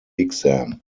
exam